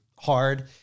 hard